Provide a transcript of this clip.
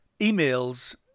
emails